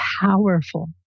powerful